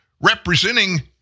representing